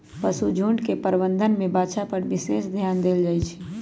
पशुझुण्ड के प्रबंधन में बछा पर विशेष ध्यान देल जाइ छइ